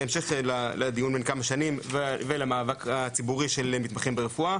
בהמשך לדיון בן כמה שנים ולמאבק הציבורי של מתמחים ברפואה,